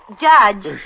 Judge